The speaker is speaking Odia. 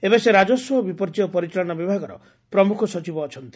ଏବେ ସେ ରାକସ୍ୱ ଓ ବିପର୍ଯ୍ୟସ୍ତ ପରିଚାଳନା ବିଭାଗର ପ୍ରମୁଖ ସଚିବ ଅଛନ୍ତି